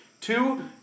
Two